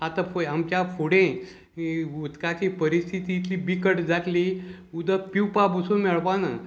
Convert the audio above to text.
आतां पय आमच्या फुडें उदकाची परिस्थिती इतली बिकट जातली उदक पिवपा बसून मेळपाना